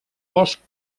boscs